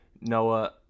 Noah